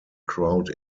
crowd